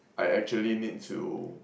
I actually need to